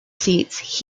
seats